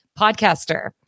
podcaster